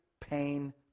pain